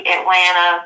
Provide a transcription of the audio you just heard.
Atlanta